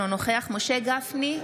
אינו נוכח משה גפני,